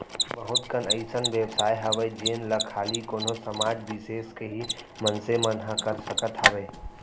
बहुत कन अइसन बेवसाय हावय जेन ला खाली कोनो समाज बिसेस के ही मनसे मन ह कर सकत हावय